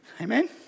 amen